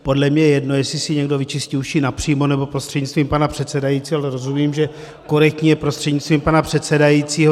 Podle mě je jedno, jestli si někdo vyčistí uši napřímo, nebo prostřednictvím pana předsedajícího, rozumím, že korektní je prostřednictvím pana předsedajícího.